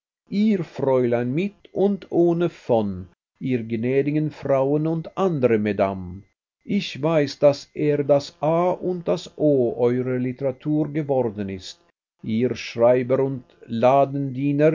ihr fräulein mit und ohne von ihr gnädigen frauen und andere mesdames ich weiß daß er das a und das o eurer literatur geworden ist ihr schreiber und